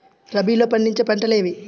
రబీలో పండించే పంటలు ఏవి?